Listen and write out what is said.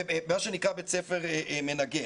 מה שנקרא בית ספר מנגן.